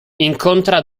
incontra